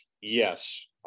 yes